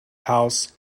house